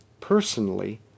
personally